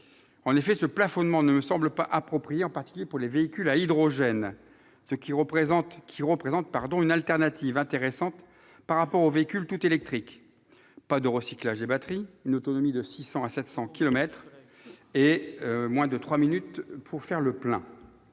En effet, ce plafonnement ne me semble pas approprié, en particulier pour les véhicules à hydrogène, qui représentent une alternative intéressante par rapport aux véhicules tout électriques- pas de recyclage des batteries, autonomie de 600 à 700 kilomètres et moins de trois minutes pour faire le plein.